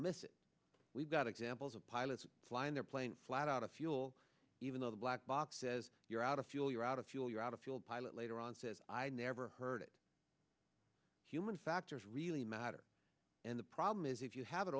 miss it we've got examples of pilots flying airplane flat out of fuel even though the black box says you're out of fuel you're out of fuel you're out of fuel pilot later on says i never heard it human factors really matter and the problem is if you have it